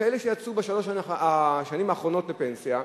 כאלה שיצאו בשלוש השנים האחרונות לפנסיה,